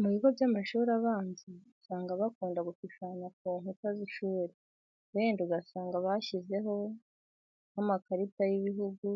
Mu bigo by'amashuri abanza usanga bakunda gushushanya ku nkuta z'ishuri, wenda ugasanga bashyizeho nk'amakarita y'ibihugu,